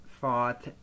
Fought